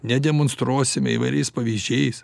nedemonstruosime įvairiais pavyzdžiais